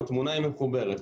התמונה היא מחוברת.